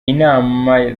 inama